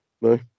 no